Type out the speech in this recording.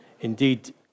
indeed